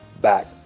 back